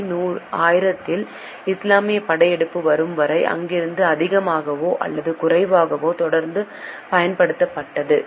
B 1000 இல் இஸ்லாமிய படையெடுப்பு வரும் வரை அங்கிருந்து அதிகமாகவோ அல்லது குறைவாகவோ தொடர்ந்து பயன்படுத்தப்பட்டது